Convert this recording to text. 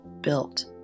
built